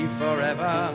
forever